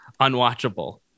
unwatchable